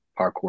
parkour